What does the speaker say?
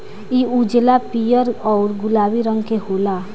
इ उजला, पीयर औरु गुलाबी रंग के होला